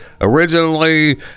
originally